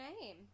name